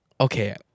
Okay